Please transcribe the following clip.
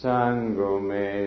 Sangome